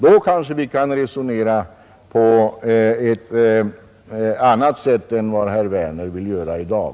Då kanske vi kan resonera på ett annat sätt än vad herr Werner vill göra i dag.